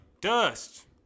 Dust